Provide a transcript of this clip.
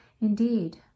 Indeed